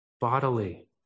bodily